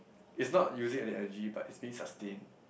is not using any energy but is being sustain